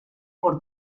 por